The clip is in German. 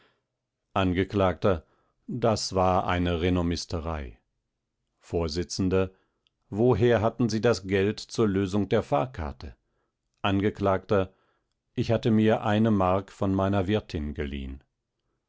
angekl das war eine renommisterei vors woher hatten sie das geld zur lösung der fahrkarte angekl ich hatte mir eine mark von meiner wirtin geliehen